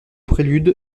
prélude